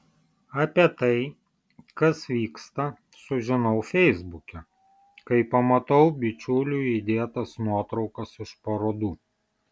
apie tai kas vyksta sužinau feisbuke kai pamatau bičiulių įdėtas nuotraukas iš parodų